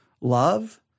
Love